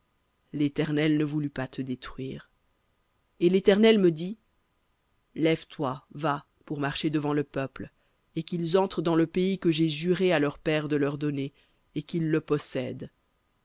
l'éternel ne voulut pas te détruire et l'éternel me dit lève-toi va pour marcher devant le peuple et qu'ils entrent dans le pays que j'ai juré à leurs pères de leur donner et qu'ils le possèdent